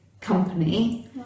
company